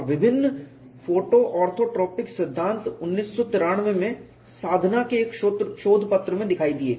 और विभिन्न photo orthotropic सिद्धांत 1993 में साधना के एक शोधपत्र में दिखाई दिए